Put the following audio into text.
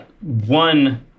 One